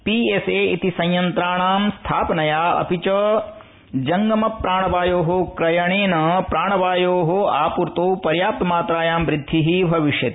PSA इति संयंत्राणाम् स्थापनया अपि च जंगमप्राणवायो क्रयणेन प्राणवायो आपूर्तौ पर्याप्तमात्रायां वृद्धि भविष्यति